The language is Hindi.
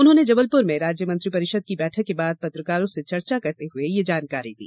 उन्होंने जबलपुर में राज्य मंत्रिपरिषद की बैठक के बाद पत्रकारों से चर्चा करते हुए यह जानकारी दी